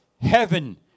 heaven